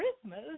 Christmas